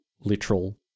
literal